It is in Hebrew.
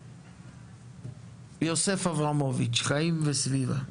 יוסף אברמוביץ', חיים וסביבה.